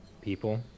people